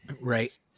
Right